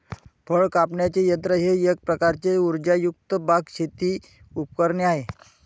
फळ कापण्याचे यंत्र हे एक प्रकारचे उर्जायुक्त बाग, शेती उपकरणे आहे